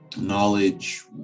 knowledge